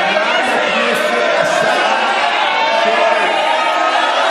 חברת הכנסת, השרה, שקט.